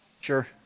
Sure